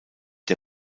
der